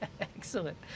excellent